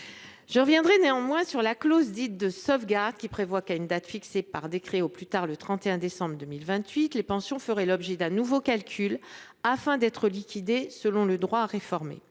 à revenir néanmoins sur la clause dite de sauvegarde, qui prévoit qu’à une date fixée par décret – au plus tard le 31 décembre 2028 –, les pensions feront l’objet d’un nouveau calcul afin d’être liquidées selon le droit réformé.